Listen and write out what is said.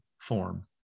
form